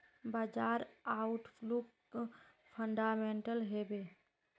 बाजार outlook fundamental हैवै?